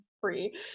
free